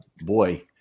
boy